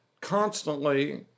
constantly